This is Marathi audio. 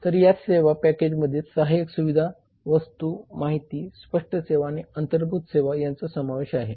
तर सेवा पॅकेजमध्ये सहाय्यक सुविधा वस्तू माहिती स्पष्ट सेवा आणि अंतर्भूत सेवा यांचा समावेश आहे